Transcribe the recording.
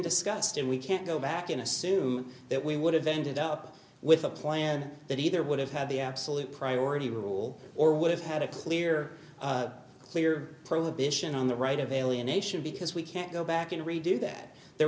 discussed and we can't go back in assume that we would have ended up with a plan that either would have had the absolute priority rule or would have had a clear clear prohibition on the right of alienation because we can't go back and redo that there